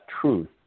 truth